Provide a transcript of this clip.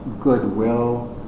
goodwill